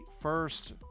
first